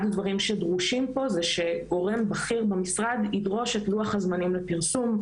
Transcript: הדברים שדרושים פה זה שגורם בכיר במשרד ידרוש את לוח הזמנים לפרסום,